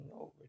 over